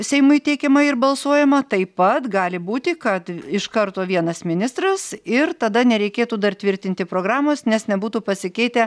seimui teikiama ir balsuojama taip pat gali būti kad iš karto vienas ministras ir tada nereikėtų dar tvirtinti programos nes nebūtų pasikeitę